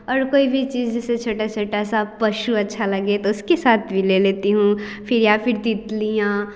और कोई भी चीज़ जैसे छोटे छोटे से पशु अच्छे लगे तो उसके साथ भी ले लेती हूँ फिर या फिर तितलियाँ